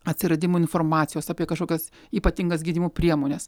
atsiradimu informacijos apie kažkokias ypatingas gydymo priemones